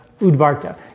udvarta